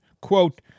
Quote